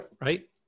right